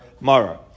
mara